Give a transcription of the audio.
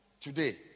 Today